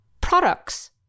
products